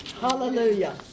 Hallelujah